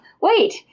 wait